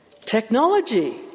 Technology